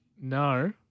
No